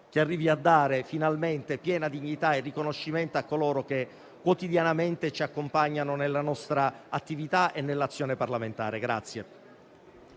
che arrivi a dare finalmente piena dignità e riconoscimento a coloro che quotidianamente ci accompagnano nella nostra attività e nell'azione parlamentare.